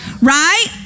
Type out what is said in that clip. Right